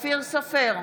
אופיר סופר,